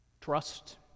trust